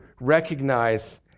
recognize